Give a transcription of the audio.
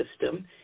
system